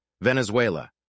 Venezuela